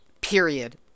Period